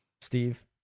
Steve